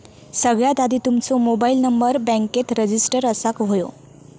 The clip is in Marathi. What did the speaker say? सगळ्यात आधी तुमचो मोबाईल नंबर बॅन्केत रजिस्टर असाक व्हयो